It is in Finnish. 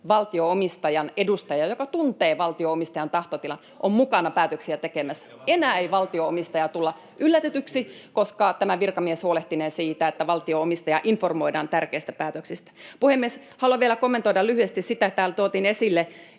valtio-omistajan edustaja, joka tuntee valtio-omistajan tahtotilan, on mukana päätöksiä tekemässä. Enää ei valtio-omistaja tule yllätetyksi, koska tämä virkamies huolehtinee siitä, että valtio-omistajaa informoidaan tärkeistä päätöksistä. Puhemies! Haluan vielä kommentoida lyhyesti sitä, kun täällä tuotiin esille,